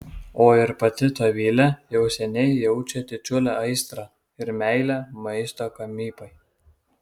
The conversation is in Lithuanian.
o ir pati dovilė jau seniai jaučia didžiulę aistrą ir meilę maisto gamybai